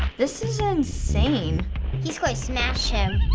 this is insane. he's going to smash him.